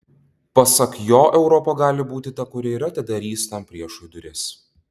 pasak jo europa gali būti ta kuri ir atidarys tam priešui duris